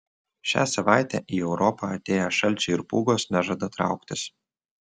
šią savaitę į europą atėję šalčiai ir pūgos nežada trauktis